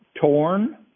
torn